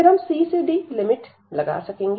फिर हम c से d लिमिट लगा सकते हैं